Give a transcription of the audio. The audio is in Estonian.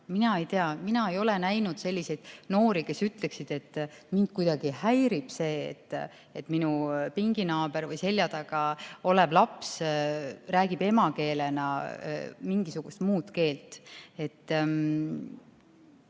Mina ei tea, mina ei ole näinud selliseid noori, kes ütleksid, et mind kuidagi häirib see, et minu pinginaaber või selja taga istuv laps räägib emakeelena mingisugust muud keelt.